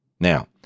Now